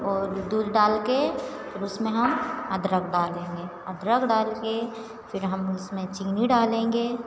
और दूध डालकर उसमें हम अदरक डालेंगे अदरक डालकर फिर हम उसमें चीनी डालेंगे